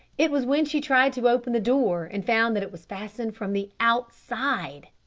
it was when she tried to open the door, and found that it was fastened from the outside,